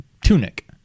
Tunic